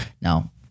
Now